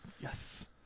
yes